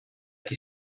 qui